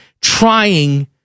trying